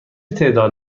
تعداد